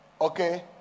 okay